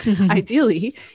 ideally